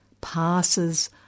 passes